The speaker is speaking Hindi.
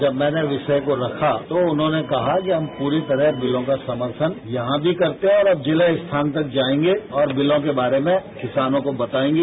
जब मैने वषिय को रखा तो उन्होंने कहा कि हम पूरी तरह बिलों का समर्थन यहां भी करते हैं और अव जिला स्थान तक जायेंगे और बिलों के बारे में किसानों को बतायेंगे